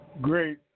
Great